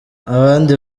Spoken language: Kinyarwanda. abandi